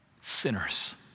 sinners